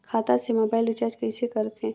खाता से mobile recharge कइसे करथे